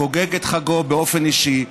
חוגג את חגו באופן אישי,